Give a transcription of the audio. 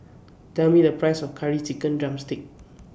Tell Me The Price of Curry Chicken Drumstick